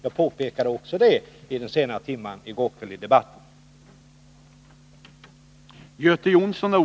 Jag erinrade också om detta vid en sen timme i debatten i går kväll. föra fram kravet på särskilt stöd åt